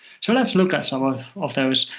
so let's look at some of of those.